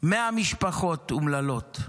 100 משפחות אומללות,